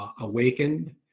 awakened